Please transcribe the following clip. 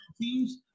teams